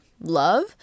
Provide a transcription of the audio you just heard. love